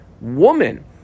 woman